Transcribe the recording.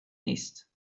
نیست